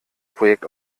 projekt